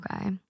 Okay